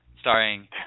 starring